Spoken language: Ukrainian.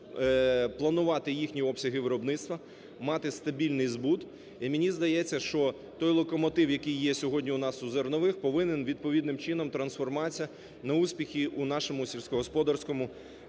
планувати їхні обсяги виробництва, мати стабільний збут. І мені здається, що той локомотив, який є у нас сьогодні в зернових повинен відповідним чином трансформуватися на успіхи у нашому сільськогосподарському